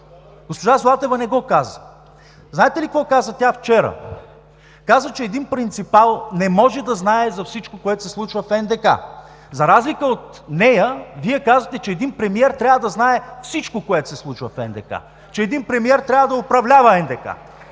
Госпожа Златева не го каза. Знаете ли какво каза тя вчера? Каза, че един принципал не може да знае за всичко, което се случва в НДК. За разлика от нея Вие казвате, че един премиер трябва да знае всичко, което се случва в НДК, че един премиер трябва да управлява НДК,